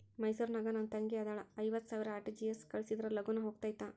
ಮೈಸೂರ್ ನಾಗ ನನ್ ತಂಗಿ ಅದಾಳ ಐವತ್ ಸಾವಿರ ಆರ್.ಟಿ.ಜಿ.ಎಸ್ ಕಳ್ಸಿದ್ರಾ ಲಗೂನ ಹೋಗತೈತ?